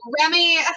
Remy